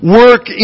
work